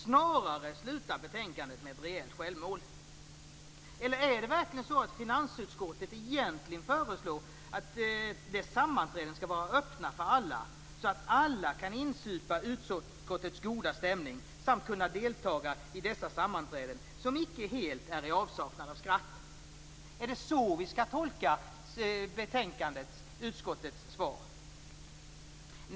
Snarare slutar betänkandet med ett rejält självmål. Eller är det så att finansutskottet egentligen föreslår att dess sammanträden skall vara öppna för alla, så att alla kan insupa utskottets goda stämning samt kunna deltaga i dess sammanträden som icke helt är i avsaknad av skratt? Är det så vi skall tolka utskottets svar?